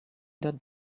that